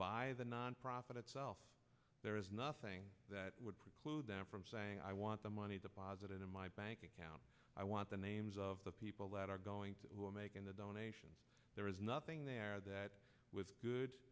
by the nonprofit itself there is nothing that would preclude them from saying i want the money deposited in my bank account i want the names of the people that are going to make in the donation there is nothing there that was good